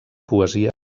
poesia